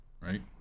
Right